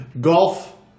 golf